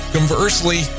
Conversely